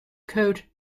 code